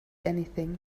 anything